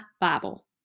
Bible